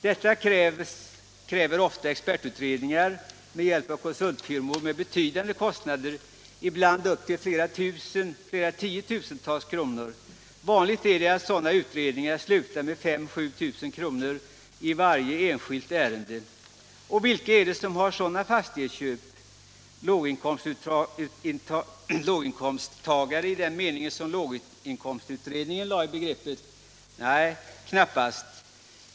Detta kräver ofta expertutredningar med hjälp av konsultfirmor med betydande kostnader, ibland tiotusentals kronor. Det är vanligt att sådana utredningar slutar med 5 000-7 000 kr. för varje enskilt ärende. Och vilka är det som har sådana fastighetsköp? Låginkomsttagare i den mening som låginkomstutredningen lade i begreppet? Nej, knappast.